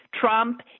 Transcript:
Trump